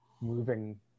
moving